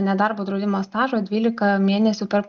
nedarbo draudimo stažo dvylika mėnesių per